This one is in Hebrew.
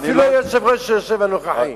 אפילו היושב-ראש הנוכחי.